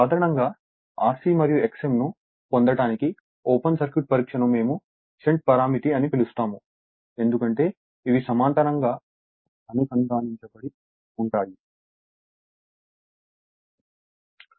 కాబట్టి సాధారణంగా Rc మరియు Xm ను పొందటానికి ఓపెన్ సర్క్యూట్ పరీక్షను మేము షంట్ పారామితి అని పిలుస్తాము ఎందుకంటే ఇవి సమాంతరంగా అనుసంధానించబడి ఉంటాయి